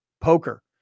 poker